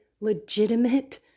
legitimate